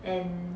and